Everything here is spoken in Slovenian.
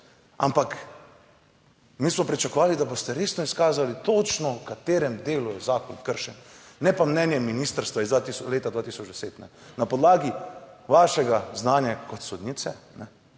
ampak mi smo pričakovali, da boste resno izkazali točno v katerem delu je zakon kršen, ne pa mnenje ministrstva iz leta 2010. Na podlagi vašega znanja kot sodnice,